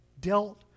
dealt